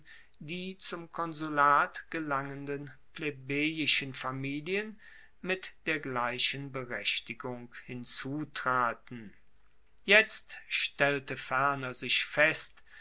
die zum konsulat gelangenden plebejischen familien mit der gleichen berechtigung hinzutraten jetzt stellte ferner sich fest